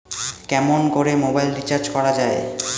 কেমন করে mobile recharge করা য়ায়?